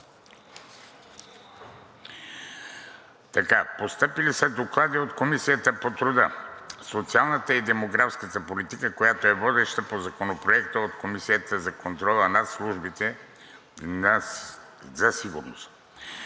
г. Постъпили са доклади от Комисията по труда, социалната и демографската политика, която е водеща по Законопроекта, от Комисията за контрол над службите за сигурност,